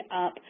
up